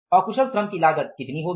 अकुशल श्रम की लागत कितनी होगी